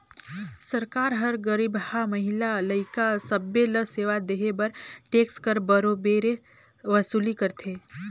सरकार हर गरीबहा, महिला, लइका सब्बे ल सेवा देहे बर टेक्स कर बरोबेर वसूली करथे